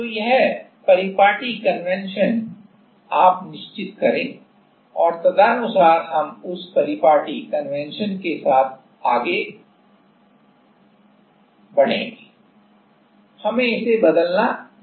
तो यह परिपाटी कन्वेंशन आप निश्चित करें और तदनुसार हमें उस परिपाटी कन्वेंशन के साथ आगे बढ़ना चाहिए हमें इसे बदलना नहीं चाहिए